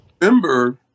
remember